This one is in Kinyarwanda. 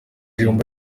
ibihumbi